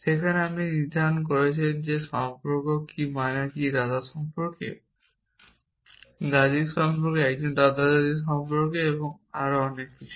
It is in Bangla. যেখানে আপনি নির্ধারণ করছেন যে সম্পর্ক কী মানে কী দাদা সম্পর্কে দাদির সম্পর্কে একজন দাদা দাদি সম্পর্কে এবং আরও অনেক কিছু